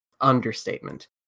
understatement